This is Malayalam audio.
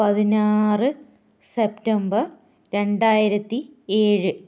പതിനാറ് സെപ്റ്റംബർ രണ്ടായിരത്തി ഏഴ്